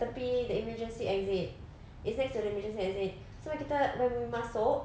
tepi the emergency exit is next emergency exit so when kita when we masuk